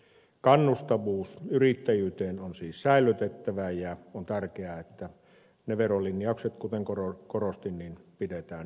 kannustavuus yrittäjyyteen on siis säilytettävä ja on tärkeää että ne verolinjaukset kuten korostin pidetään nykyisellään